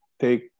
take